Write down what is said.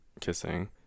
kissing